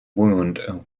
wound